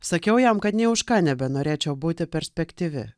sakiau jam kad nė už ką nebenorėčiau būti perspektyvi